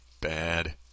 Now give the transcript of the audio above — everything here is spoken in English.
bad